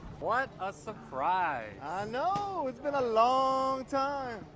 what a surprise! i know, it's been a long time!